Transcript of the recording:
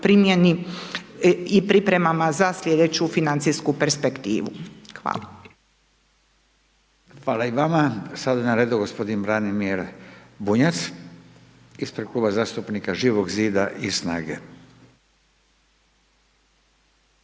primjeni i pripremama za slijedeću financijsku perspektivu. Hvala. **Radin, Furio (Nezavisni)** Hvala i vama, sada je na redu gospodin Branimir Bunjac ispred Kluba zastupnika Živo zida i SNAGE.